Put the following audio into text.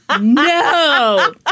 No